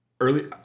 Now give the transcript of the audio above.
Early